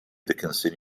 dickinson